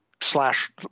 slash